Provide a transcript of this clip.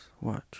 Watch